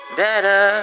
better